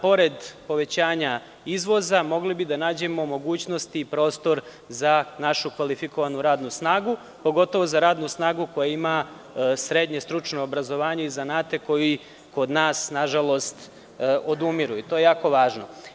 Pored povećanja izvoza, mogli bismo da nađemo mogućnost i prostor za našu kvalifikovanu radnu snagu, pogotovo za radnu snagu koja ima srednje stručno obrazovanje i zanate koji kod nas, nažalost, odumiru i to je jako važno.